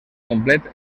complet